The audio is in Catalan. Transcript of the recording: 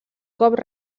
cop